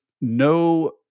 no